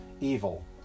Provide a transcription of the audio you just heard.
evil